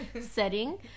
setting